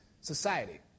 society